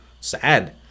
sad